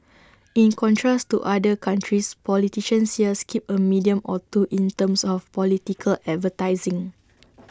in contrast to other countries politicians here skip A medium or two in terms of political advertising